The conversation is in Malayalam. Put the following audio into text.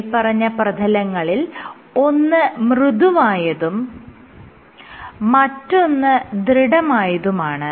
മേല്പറഞ്ഞ പ്രതലങ്ങളിൽ ഒന്ന് മൃദുവായതും മറ്റൊന്ന് ദൃഢമായതുമാണ്